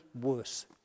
worse